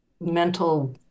mental